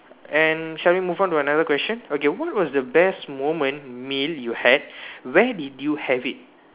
and shall we move on to another question okay what was the best moment meal you had where did you have it